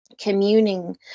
communing